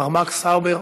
מר מקס הבר,